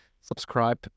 subscribe